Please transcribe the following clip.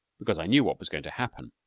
because i knew what was going to happen.